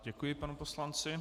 Děkuji panu poslanci.